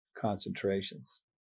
concentrations